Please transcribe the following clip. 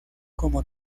como